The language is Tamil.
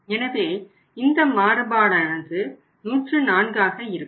எனவே இந்த மாறுபாடானது 104 ஆக இருக்கும்